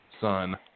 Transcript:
son